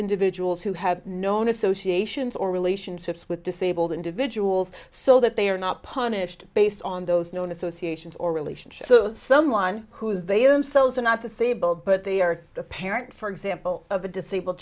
individuals who have known associations or relationships with disabled individuals so that they are not punished based on those known associations or relationships so that someone who is they themselves are not the same but they are a parent for example of a disabled